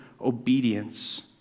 obedience